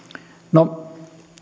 no